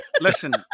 Listen